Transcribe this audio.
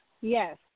Yes